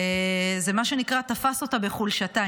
זה מה שנקרא תפס אותה בחולשתה.